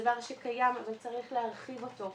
דבר שקיים וצריך להרחיב אותו.